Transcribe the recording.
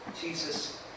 Jesus